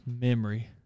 memory